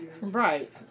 Right